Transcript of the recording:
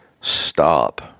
stop